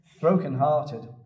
brokenhearted